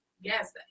Yes